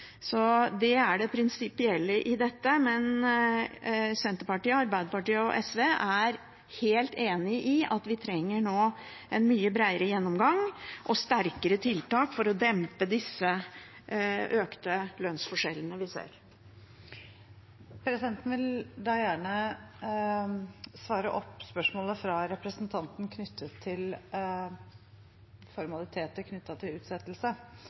Det er det prinsipielle i dette, men Senterpartiet, Arbeiderpartiet og SV er helt enig i at vi nå trenger en mye bredere gjennomgang og sterkere tiltak for å dempe disse økte lønnsforskjellene vi ser. Presidenten vil gjerne svare på spørsmålet fra representanten om formaliteter knyttet til utsettelse og viser til